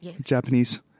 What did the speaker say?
Japanese